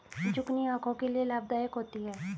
zucchini आंखों के लिए लाभदायक होती है